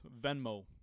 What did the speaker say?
Venmo